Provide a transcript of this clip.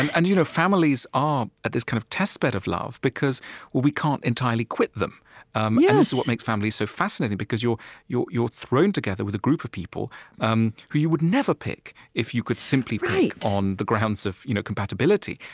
and and you know families are at this kind of test bed of love because we can't entirely quit them. um and this is what makes families so fascinating because you're you're thrown together with a group of people um who you would never pick if you could simply pick on the grounds of you know compatibility.